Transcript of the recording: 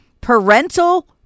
parental